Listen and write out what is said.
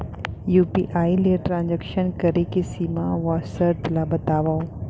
UPI ले transaction करे के सीमा व शर्त ला बतावव?